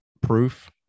proof